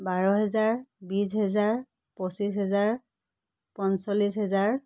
বাৰ হেজাৰ বিছ হেজাৰ পঁচিছ হেজাৰ পঞ্চল্লিছ হেজাৰ